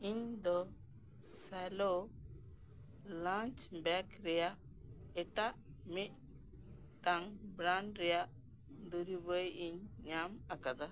ᱤᱧᱫᱚ Cello lunch bag ᱨᱮᱱᱟᱜ ᱮᱴᱟᱜ ᱢᱤᱫᱴᱟᱝ ᱵᱨᱟᱱᱰ ᱨᱮᱱᱟᱜ ᱫᱩᱨᱤᱵᱤᱧ ᱧᱟᱢ ᱟᱠᱟᱫᱟ